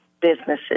businesses